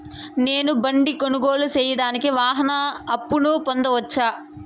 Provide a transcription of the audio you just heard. నేను బండి కొనుగోలు సేయడానికి వాహన అప్పును పొందవచ్చా?